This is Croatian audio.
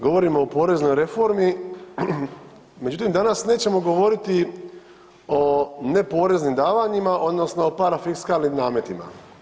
Govorimo o poreznoj reformi, međutim danas nećemo govoriti o neporeznim davanjima odnosno parafiskalnim nametima.